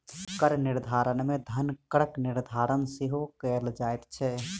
कर निर्धारण मे धन करक निर्धारण सेहो कयल जाइत छै